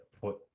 put